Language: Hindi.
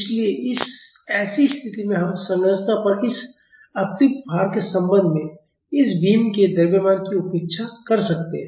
इसलिए ऐसी स्थितियों में हम संरचना पर इस अतिरिक्त भार के संबंध में इस बीम के द्रव्यमान की उपेक्षा कर सकते हैं